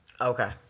Okay